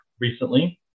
recently